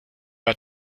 hat